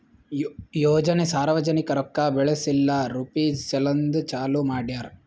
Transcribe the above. ಯೋಜನೆ ಸಾರ್ವಜನಿಕ ರೊಕ್ಕಾ ಬೆಳೆಸ್ ಇಲ್ಲಾ ರುಪೀಜ್ ಸಲೆಂದ್ ಚಾಲೂ ಮಾಡ್ಯಾರ್